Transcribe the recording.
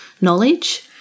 knowledge